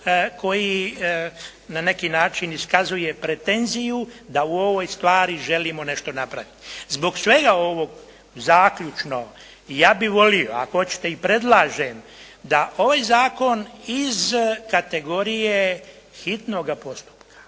koji na neki način iskazuje pretenziju da u ovoj stvari želimo nešto napraviti. Zbog svega ovog zaključno, ja bih volio ako hoćete i predlažem da ovaj zakon iz kategorije hitnoga postupka,